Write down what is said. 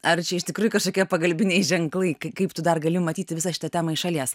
ar čia iš tikrųjų kažkokie pagalbiniai ženklai kaip tu dar galiu matyti visą šitą temą iš šalies